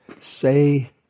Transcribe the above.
say